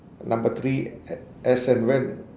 number three a~ as and when